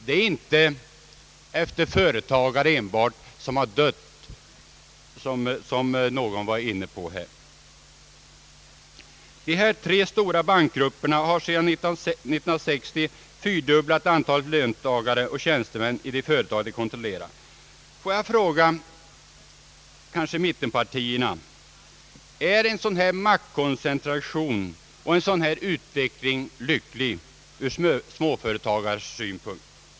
Det är alltså inte bara fråga om företag där ägaren har avlidit — som någon talare varit inne på. Dessa tre stora bankgrupper har sedan 1960 fyrdubblat antalet löntagare och tjänstemän i de företag som de kontrollerar. Låt mig fråga mittenpartierna: Är en sådan här maktkoncentration och en sådan här utveckling lycklig ur småföretagarsynpunkt?